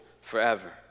forever